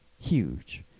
huge